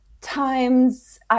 times